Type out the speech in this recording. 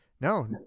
no